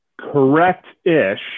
Correct-ish